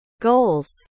goals